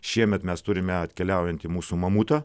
šiemet mes turime atkeliaujantį mūsų mamutą